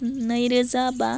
नैरोजा बा